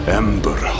ember